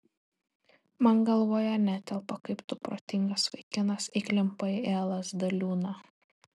man galvoje netelpa kaip tu protingas vaikinas įklimpai į lsd liūną